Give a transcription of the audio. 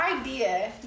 idea